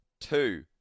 two